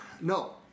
no